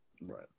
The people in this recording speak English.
Right